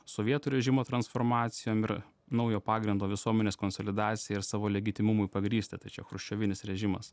sovietų režimo transformacijom ir naujo pagrindo visuomenės konsolidacijai ir savo legitimumui pagrįsti tačiau chruščiovinis režimas